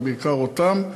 אבל בעיקר אותם,